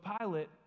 Pilate